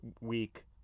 week